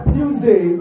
Tuesday